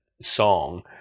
song